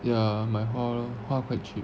ya 买花 lor 花 quite cheap